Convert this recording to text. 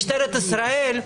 משטרת ישראל,